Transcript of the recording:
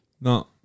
No